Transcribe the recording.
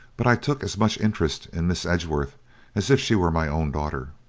but i took as much interest in miss edgeworth as if she were my own daughter.